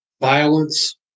violence